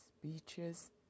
speeches